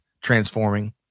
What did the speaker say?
transforming